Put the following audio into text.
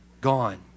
Gone